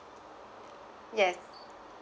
yes